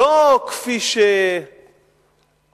לא כפי שקראתי,